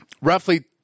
Roughly